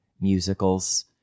musicals